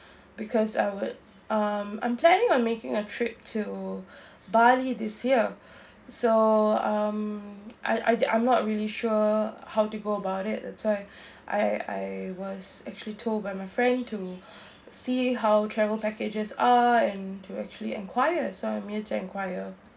because I would um I'm planning on making a trip to bali this year so um I I I'm not really sure how to go about it that's why I I was actually told by my friend to see how travel packages are and to actually enquire so I'm here to enquire